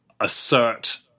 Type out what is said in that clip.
assert